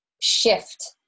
shift